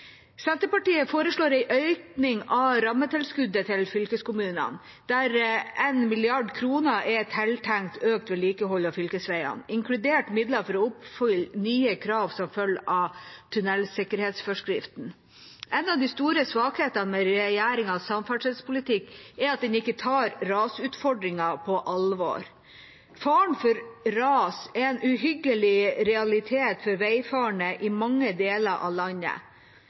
Senterpartiet foreslår en økning av rammetilskuddet til fylkeskommunene, der 1 mrd. kr er tiltenkt økt vedlikehold av fylkesveiene, inkludert midler for å oppfylle nye krav som følge av tunnelsikkerhetsforskriften. En av de store svakhetene ved regjeringas samferdselspolitikk er at den ikke tar rasutfordringen på alvor. Faren for ras er en uhyggelig realitet for veifarende i mange deler av landet.